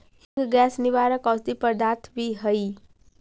हींग गैस निवारक औषधि पदार्थ भी हई